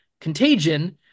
Contagion